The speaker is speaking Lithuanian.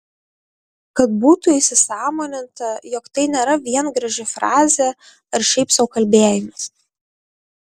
kad būtų įsisąmoninta jog tai nėra vien graži frazė ar šiaip sau kalbėjimas